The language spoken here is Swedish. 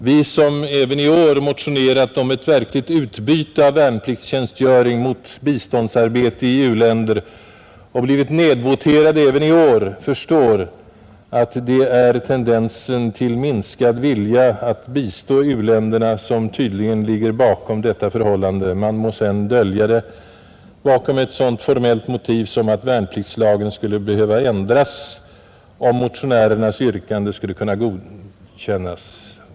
Vi som även i år motionerat om ett verkligt utbyte av värnpliktstjänstgöring mot biståndsarbete i u-länder och blivit nedvoterade även i år förstår att det är tendensen till minskad vilja att bistå u-länderna som tydligen ligger bakom detta förhållande, man må sedan dölja det bakom ett sådant förment motiv som att värnpliktslagen skulle behöva ändras om motionärernas yrkande bifölls.